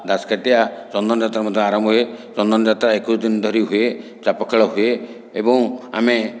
ଦାଶକାଠିଆ ଚନ୍ଦନ ଯାତ୍ରା ମଧ୍ୟ ଆରମ୍ଭ ହୁଏ ଚନ୍ଦନ ଯାତ୍ରା ଏକୋଇଶ ଦିନ ଧରି ହୁଏ ଚାପ ଖେଳ ହୁଏ ଏବଂ ଆମେ